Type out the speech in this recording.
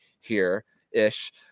here-ish